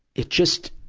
it just,